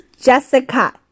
jessica